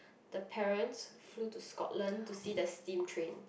the parents flew to Scotland to see the steam train